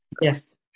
Yes